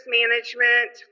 management